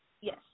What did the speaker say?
Yes